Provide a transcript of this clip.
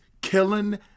killing